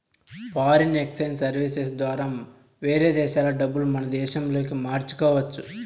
foreign exchange services ద్వారా వేరే దేశాల డబ్బులు మన దేశంలోకి మార్చుకోవచ్చు